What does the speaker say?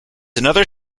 another